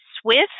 swift